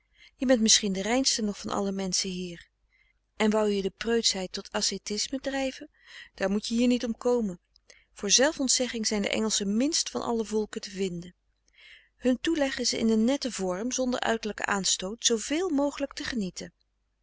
je bent misschien de reinste nog van alle menschen hier en wou je de preutschheid tot acetisme drijven daar moet je hier niet om komen voor zelf ontzegging zijn de engelschen minst van alle volken te vinden hun toeleg is in een netten vorm zonder uiterlijken aanstoot zooveel mogelijk te genieten